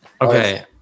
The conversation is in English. Okay